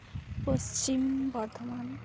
Paschim Bardhaman